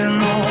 no